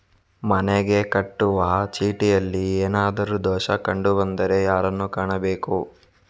ಮನೆಗೆ ಕಟ್ಟುವ ಚೀಟಿಯಲ್ಲಿ ಏನಾದ್ರು ದೋಷ ಕಂಡು ಬಂದರೆ ಯಾರನ್ನು ಕಾಣಬೇಕು?